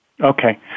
Okay